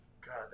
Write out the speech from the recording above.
God